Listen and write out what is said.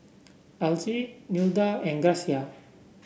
Alcie Nilda and Gracia